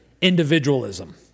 individualism